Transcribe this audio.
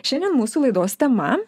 šiandien mūsų laidos tema